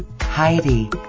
Heidi